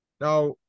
Now